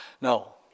No